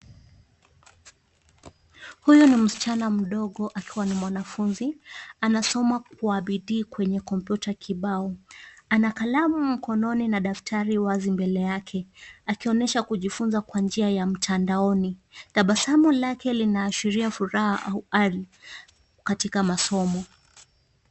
Huyu ni msichana mdogo, akiwa ni mwanafunzi, anasoma kwa bidii kwenye kompyuta kibao. Ana kalamu mkononi na daftari wazi mbele yake, akionyesha kujifunza kwa njia ya mtandaoni. Tabasamu lake linaashiria furaha au ari, katika masomo yake.